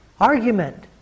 argument